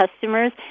customers